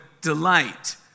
delight